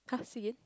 !huh! say again